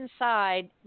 Inside